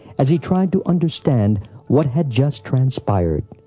as he tried to understand what had just transpired.